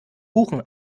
buchen